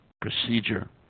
procedure